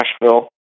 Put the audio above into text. Nashville